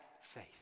faith